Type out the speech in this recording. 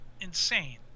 insane